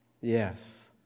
Yes